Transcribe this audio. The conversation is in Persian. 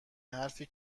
حرفی